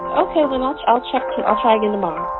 ok. well, i'll i'll check i'll try again, tomorrow